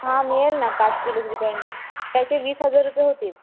हां मिळेल ना पाच किलो श्रीखंड त्याचे वीस हजार रुपये होतील